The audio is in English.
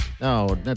No